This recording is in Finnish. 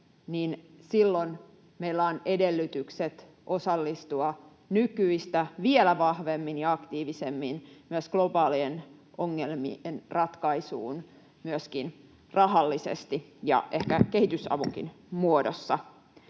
niin silloin meillä on edellytykset osallistua vielä nykyistä vahvemmin ja aktiivisemmin myös globaalien ongelmien ratkaisuun, myöskin rahallisesti ja ehkä kehitysavunkin muodossa,